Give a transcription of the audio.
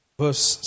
verse